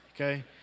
okay